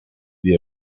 the